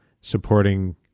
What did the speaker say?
supporting